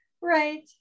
right